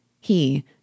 He